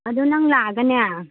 ꯑꯗꯣ ꯅꯪ ꯂꯥꯛꯑꯒꯅꯦ